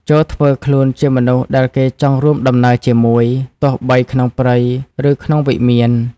ចូរធ្វើខ្លួនជាមនុស្សដែលគេចង់រួមដំណើរជាមួយ ទោះបីក្នុងព្រៃ ឬក្នុងវិមាន។